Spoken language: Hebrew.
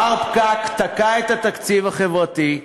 מר פקק תקע את התקציב החברתי.